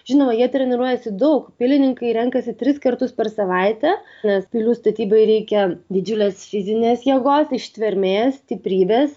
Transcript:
žinoma jie treniruojasi daug pilininkai renkasi tris kartus per savaitę nes pilių statybai reikia didžiulės fizinės jėgos ištvermės stiprybės